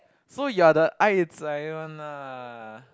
so you're the ah it's like that one lah